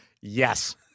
Yes